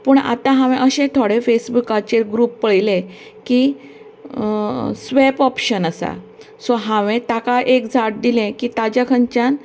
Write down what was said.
पूण आता हांवे अशें थोडे फेसबुकांचेर ग्रुप पळयलें की स्वेप ऑप्शन आसा सो हांवेन ताका एक झाड दिलें की ताच्या खंयच्यान